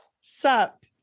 Sup